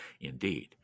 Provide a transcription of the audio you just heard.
Indeed